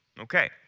Okay